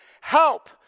help